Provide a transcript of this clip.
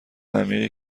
عمیقی